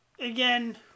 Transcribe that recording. Again